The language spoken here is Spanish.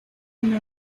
una